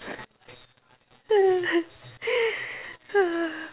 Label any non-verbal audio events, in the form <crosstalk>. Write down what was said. <noise>